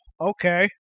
okay